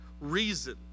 reason